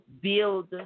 build